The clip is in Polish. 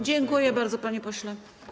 Dziękuję bardzo, panie pośle.